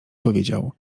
powiedział